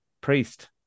priest